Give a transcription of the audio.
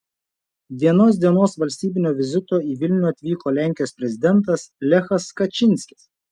vienos dienos valstybinio vizito į vilnių atvyko lenkijos prezidentas lechas kačynskis